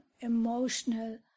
emotional